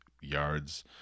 yards